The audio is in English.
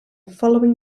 following